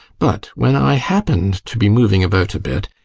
but when i happened to be moving about a bit,